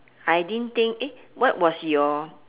I didn't think eh what was your